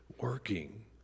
working